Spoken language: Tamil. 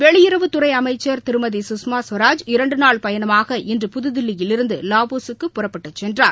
வெளியுறவுத்துறைஅமைச்சர் திருமதி சுஷ்மா ஸ்வராஜ் இரண்டுநாள் பயணமாக இன்று புதுதில்லியிலிருந்துலாவோஸூக்கு புறப்பட்டுச் சென்றார்